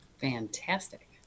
Fantastic